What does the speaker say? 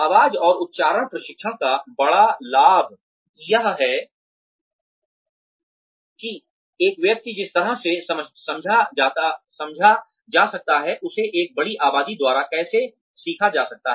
आवाज और उच्चारण प्रशिक्षण का बड़ा लाभ यह है कि एक व्यक्ति जिस तरह से समझा जा सकता है उसे एक बड़ी आबादी द्वारा कैसे सीखा जा सकता है